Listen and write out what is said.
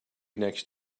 next